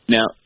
Now